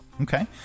Okay